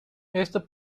esto